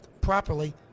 properly